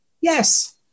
Yes